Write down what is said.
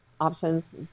options